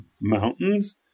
mountains